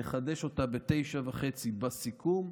נחדש אותה ב-09:30 בסיכום,